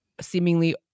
seemingly